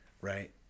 right